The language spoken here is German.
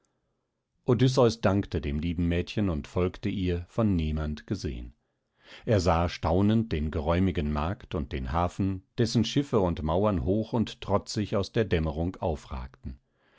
odysseus dankte dem lieben mädchen und folgte ihr von niemand gesehen er sah staunend den geräumigen markt und den hafen dessen schiffe und mauern hoch und trotzig aus der dämmerung aufragten